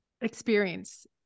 experience